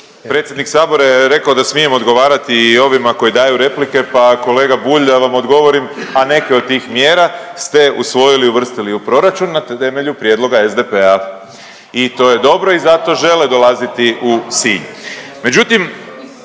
Predsjednik sabora je rekao da smijem odgovarati i ovima koji daju replike pa kolega Bulj da vam odgovorim, a neke od tih mjera ste usvojili i uvrstili u proračun na temelju prijedloga SDP-a. I to je dobro i zato žele dolaziti u Sinj.